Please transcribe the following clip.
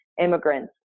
immigrants